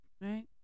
right